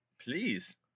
Please